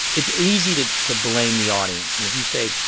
it's easy to to blame the audience. and if you say,